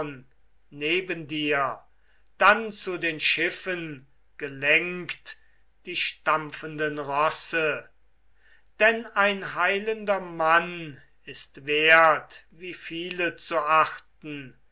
neben dir dann zu den schiffen gelenkt die stampfenden rosse denn ein heilender mann ist wert wie viele zu achten